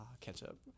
ketchup